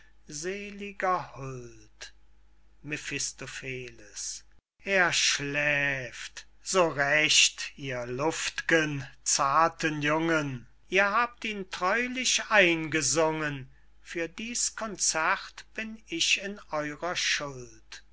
seliger huld mephistopheles er schläft so recht ihr luft'gen zarten jungen ihr habt ihn treulich eingesungen für dies concert bin ich in eurer schuld